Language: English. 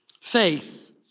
faith